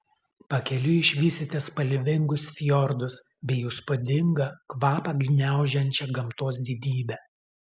pakeliui išvysite spalvingus fjordus bei įspūdingą kvapą gniaužiančią gamtos didybę